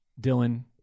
Dylan